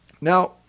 Now